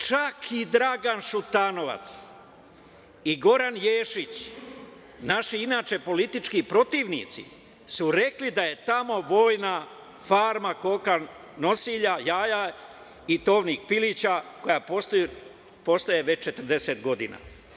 Čak i Dragan Šutanovac i Goran Ješić, naši inače politički protivnici, su rekli da je tamo vojna farma koka nosilja, jaja i tovnih pilića, koja postoji već 40 godina.